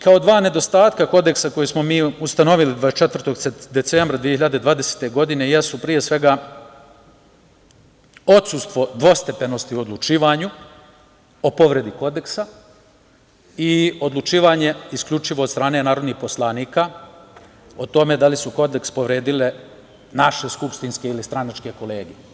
Kao dva nedostatka Kodeksa koje smo mi ustanovili 24. decembra 2020. godine jesu, pre svega, odsustvo dvostepenosti u odlučivanju o povredi Kodeksa i odlučivanje isključivo od strane narodnih poslanika, o tome da li su Kodeks povredile naše skupštinske ili stranačke kolege.